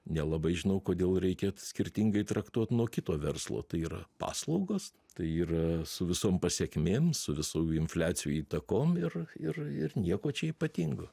nelabai žinau kodėl reikia skirtingai traktuot nuo kito verslo tai yra paslaugos tai yra su visom pasekmėm su visų infliacijų įtakom ir ir ir nieko čia ypatingo